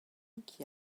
qui